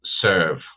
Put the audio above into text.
serve